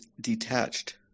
detached